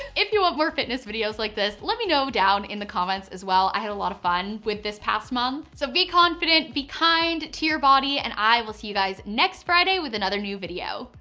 if you want more fitness videos like this, let me know down in the comments as well. i had a lot of fun with this past month. so be confident, be kind to your body and i will see you guys next friday with another new video.